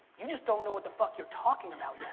you just don't know what the fuck you're talking about